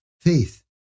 faith